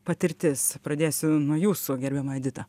patirtis pradėsiu nuo jūsų gerbiama edita